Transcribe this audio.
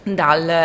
dal